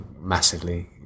massively